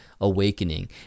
awakening